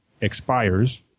expires